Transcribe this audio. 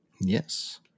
Yes